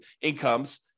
incomes